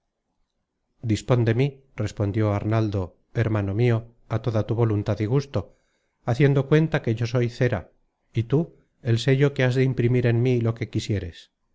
dispon de mí respondió arnaldo hermano mio á toda tu voluntad y gusto haciendo cuenta que yo soy cera y tú el sello que has de imprimir en mí lo que quisieres